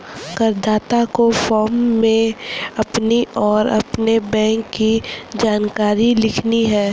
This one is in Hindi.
करदाता को फॉर्म में अपनी और अपने बैंक की जानकारी लिखनी है